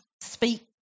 speak